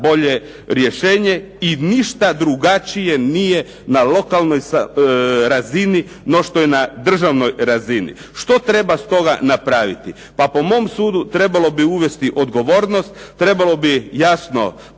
bolje rješenje i ništa drugačije nije na lokalnoj razini no što je na državnoj razini. Što treba stoga napraviti? Pa po mom sudu trebalo bi uvesti odgovornost, trebalo bi jasno početi